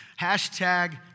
Hashtag